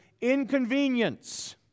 inconvenience